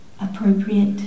appropriate